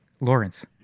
lawrence